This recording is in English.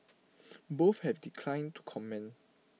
both have declined to comment